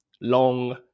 long